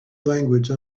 language